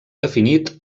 definit